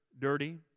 dirty